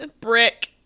Brick